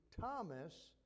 Thomas